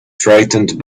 frightened